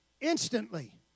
instantly